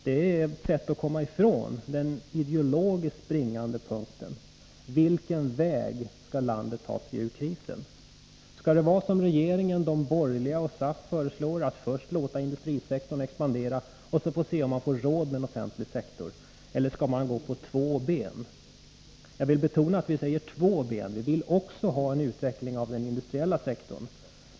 Det är ett sätt att komma ifrån den ideologiskt springande punkten: Vilken väg skall landet ta sig ur krisen? Skall det ske på det sätt som regeringen, de borgerliga och SAF föreslår, dvs. att man först låter industrisektorn expandera och sedan ser om man får råd med en offentlig sektor? Eller skall man använda två ben? Jag vill betona att vi säger ”två ben” — vi vill också ha en utveckling av den industriella sektorn.